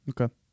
Okay